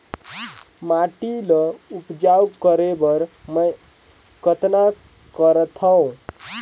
माटी ल उपजाऊ करे बर मै कतना करथव?